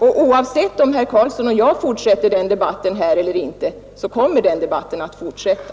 Oavsett om herr Karlsson och jag fortsätter debatten här eller inte, kommer den alltså att fortsätta.